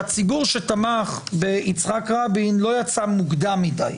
שהציבור שתמך ביצחק רבין לא יצא מוקדם מדי,